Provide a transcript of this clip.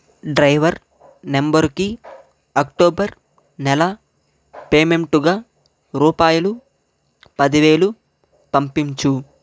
driver నంబరుకి October నెల పేమెంటుగా రూపాయలు పదివేలు పంపించు